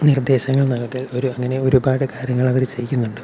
നിർദേശങ്ങൾ നൽകൽ ഒരു അങ്ങനെ ഒരുപാട് കാര്യങ്ങൾ അവർ ചെയ്യുന്നുണ്ട്